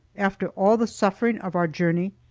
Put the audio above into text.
after all the suffering of our journey,